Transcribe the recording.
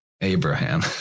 Abraham